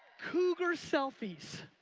cougars selfies.